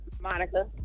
Monica